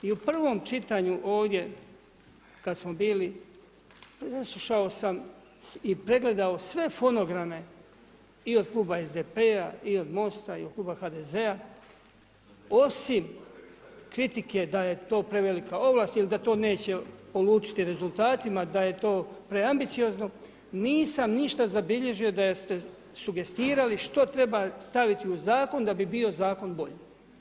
I u pravom čitanju ovdje kada smo bili preslušao sam i pregledao sve fonograme i od kluba SDP-a i od Most-a i od kluba HDZ-a osim kritike da je to prevelika ovlast ili da to neće polučiti rezultatima, da je to preambiciozno nisam ništa zabilježio da ste sugestirali što treba staviti u zakon da bi zakon bio bolji.